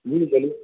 جی بولیے